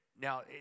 Now